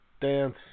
Dance